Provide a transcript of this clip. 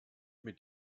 mit